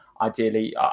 Ideally